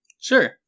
Sure